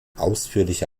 ausführliche